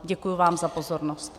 Děkuji vám za pozornost.